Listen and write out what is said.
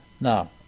Now